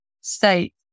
state